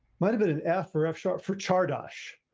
might have been an f or f sharp for char dash,